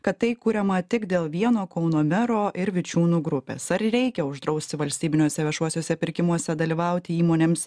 kad tai kuriama tik dėl vieno kauno mero ir vičiūnų grupės ar reikia uždrausti valstybiniuose viešuosiuose pirkimuose dalyvauti įmonėms